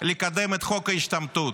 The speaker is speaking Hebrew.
לקדם את חוק ההשתמטות.